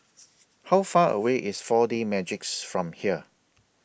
How Far away IS four D Magix from here